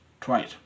twice